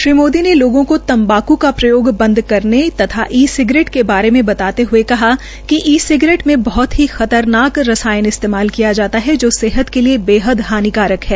श्री मोदी ने लोगों को तम्बाक का प्रयोग बंद करने तथा ई सिगरेट के बारे में बताते हए कहा कि ई सिगरेट में बहत ही खतरनाक रसायन इस्तेमाल किया जाता है जो सेहत के लिए बेहद हानिकारक है